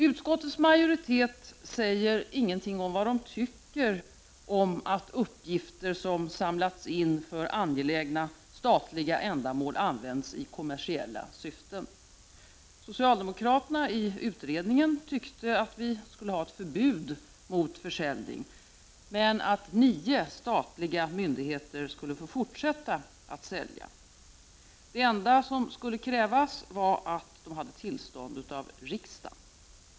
Utskottets majoritet säger ingenting om vad man tycker om att uppgifter som samlats in för angelägna statliga ändamål används i kommersiella syften. Socialdemokraterna i utredningen tyckte att vi skulle ha ett förbud mot försäljning, men att nio statliga myndigheter skulle få fortsätta att sälja. Det enda som skulle krävas var att de hade tillstånd av riksdagen.